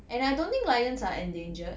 and I don't think lions are endangered